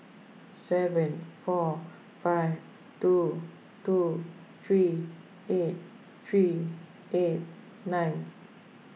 seven four five two two three eight three eight nine